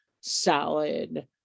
salad